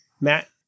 Matt